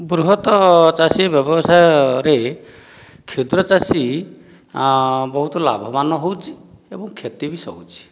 ବୃହତ ଚାଷୀ ବ୍ୟବସାୟରେ କ୍ଷୁଦ୍ର ଚାଷୀ ବହୁତ ଲାଭବାନ ହେଉଛି ଏବଂ କ୍ଷତି ବି ସହୁଛି